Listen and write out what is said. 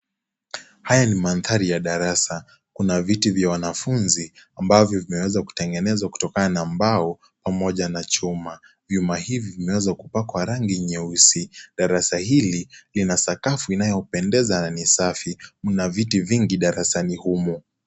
Haya ni mandari ya darasa Kuna viti vya wanafunzi ambavyo vinaweza kutengenezwa kutokana na mbao pamoja na chuma, vyuma hivi vinavyo pakwa rangi nyeusi darasa hili lina sakafu inayopendeza nani safi Kuna viti vingi darasani humo.